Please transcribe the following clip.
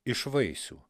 iš vaisių